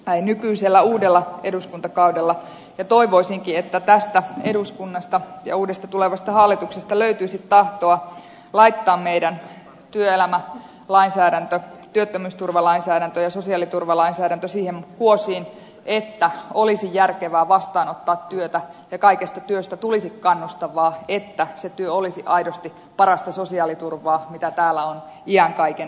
ai nykyisellä uudella eduskuntakaudella ja toivoisinkin että tästä eduskunnasta ja uudesta tulevasta hallituksesta löytyisi tahtoa laittaa meidän työelämälainsäädäntö työttömyysturvalainsäädäntö ja sosiaaliturvalainsäädäntö siihen kuosiin että olisi järkevää vastaanottaa työtä ja kaikesta työstä tulisi kannustavaa että se työ olisi aidosti parasta sosiaaliturvaa mitä täällä on iän kaiken hehkutettu